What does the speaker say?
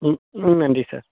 ம் ம் நன்றி சார்